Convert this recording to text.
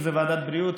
אם זו ועדת הבריאות,